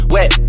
Wet